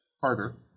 harder